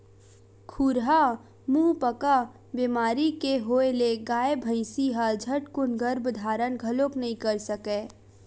खुरहा मुहंपका बेमारी के होय ले गाय, भइसी ह झटकून गरभ धारन घलोक नइ कर सकय